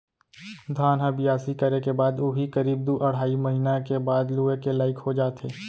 धान ह बियासी करे के बाद उही करीब दू अढ़ाई महिना के बाद लुए के लाइक हो जाथे